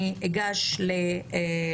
אני אגש לראש